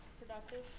Productive